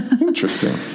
Interesting